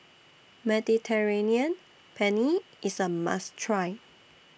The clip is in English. Mediterranean Penne IS A must Try